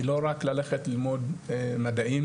היא לא רק ללכת ללמוד מדעים,